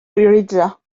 prioritza